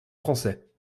français